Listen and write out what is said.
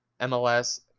MLS